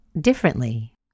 differently